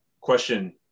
question